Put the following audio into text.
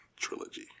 trilogy